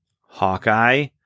Hawkeye